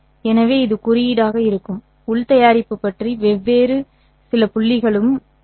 எனவே இது குறியீடாக இருக்கும் உள் தயாரிப்பு பற்றி வேறு சில புள்ளிகளும் உள்ளன